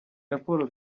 raporo